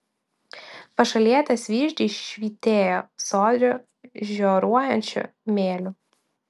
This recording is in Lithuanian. pašalietės vyzdžiai švytėjo sodriu žioruojančiu mėliu